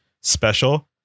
special